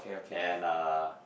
and a